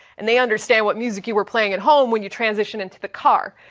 and they understand what music you were playing at home when you transition into the car.